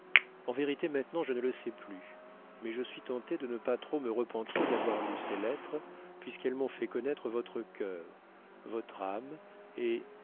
en vérité maintenant je ne le sais plus mais je suis tentée de ne pas trop me repentir d'avoir lu ces lettres puisqu'elles m'ont fait connaître votre cœur votre âme et